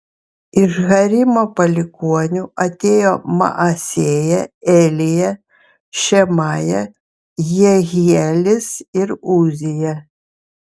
iš harimo palikuonių atėjo maasėja elija šemaja jehielis ir uzija